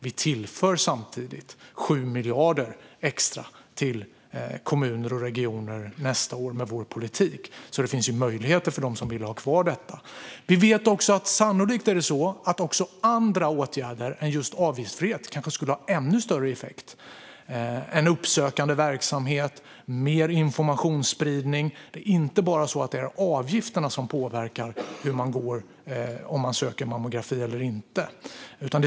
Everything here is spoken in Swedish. Vi tillför samtidigt 7 miljarder extra till kommuner och regioner nästa år med vår politik, så det finns möjligheter för dem som vill ha kvar detta. Vi vet också att det sannolikt är så att också andra åtgärder än just avgiftsfrihet kanske skulle ha ännu större effekt. Det kan handla om en uppsökande verksamhet och mer informationsspridning. Det är inte bara avgifterna som påverkar om man söker mammografi eller inte.